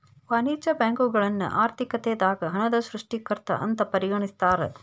ವಾಣಿಜ್ಯ ಬ್ಯಾಂಕುಗಳನ್ನ ಆರ್ಥಿಕತೆದಾಗ ಹಣದ ಸೃಷ್ಟಿಕರ್ತ ಅಂತ ಪರಿಗಣಿಸ್ತಾರ